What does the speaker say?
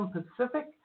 Pacific